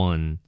One